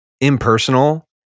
impersonal